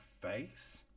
face